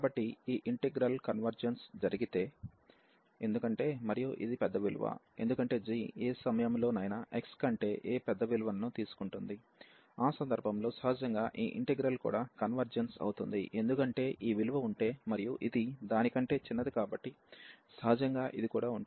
కాబట్టి ఈ integral convergence జరిగితే ఎందుకంటే మరియు ఇది పెద్ద విలువ ఎందుకంటే g ఏ సమయంలోనైనా x కంటే a పెద్ద విలువను తీసుకుంటుంది ఆ సందర్భంలో సహజంగా ఈ ఇంటిగ్రల్ కూడా కన్వర్జెన్స్ అవుతుంది ఎందుకంటే ఈ విలువ ఉంటే మరియు ఇది దాని కంటే చిన్నది కాబట్టి సహజంగా ఇది కూడా ఉంటుంది